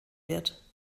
wird